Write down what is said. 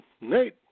Nate